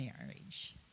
marriage